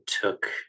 took